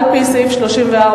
על-פי סעיף 34(א).